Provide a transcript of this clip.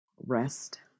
Rest